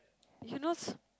if you know s~